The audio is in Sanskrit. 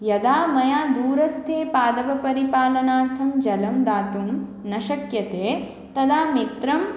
यदा मया दूरस्थे पादपपरिपालनार्थं जलं दातुं न शक्यते तदा मित्रम्